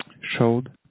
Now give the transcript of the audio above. showed